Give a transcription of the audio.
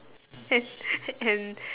and a~ and